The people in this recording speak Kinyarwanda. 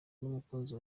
n’umukunzi